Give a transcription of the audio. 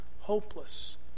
hopeless